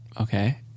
okay